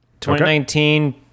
2019